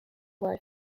word